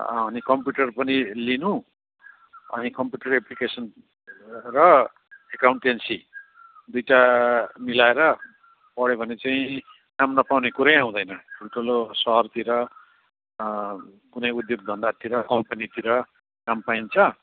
computer पनि लिनु अनि कम्प्युटर एप्लिकेसन र एकाउन्टेन्सी दुईवटा मिलाएर पढ्यो भने चाहिँ काम नपाउने कुरै आउँदैन ठुल्ठुलो सहरतिर कुनै उद्योगधन्धाहरूतिर कम्पनीतिर काम पाइन्छ